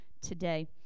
today